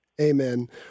Amen